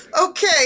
Okay